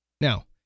now